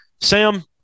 Sam